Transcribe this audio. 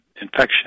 infection